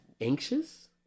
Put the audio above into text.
Anxious